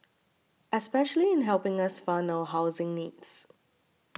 especially in helping us fund our housing needs